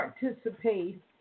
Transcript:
participate